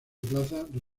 plazas